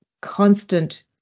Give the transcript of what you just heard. constant